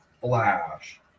flash